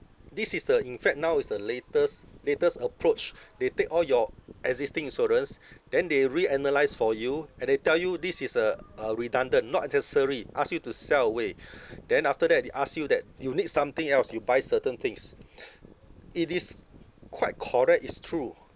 this is the in fact now is the latest latest approach they take all your existing insurance then they re analyse for you and they tell you this is uh uh redundant not uh necessary ask you to sell away then after that they ask you that you need something else you buy certain things it is quite correct is true